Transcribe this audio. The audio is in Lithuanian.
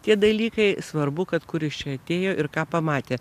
tie dalykai svarbu kad kuris čia atėjo ir ką pamatė